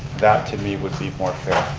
that, to me, would be more fair.